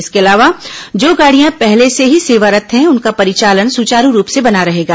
इसके अलावा जो गाड़ियां पहले से ही सेवारत् हैं उनका परिचालन सुचारू रूप से बना रहेगा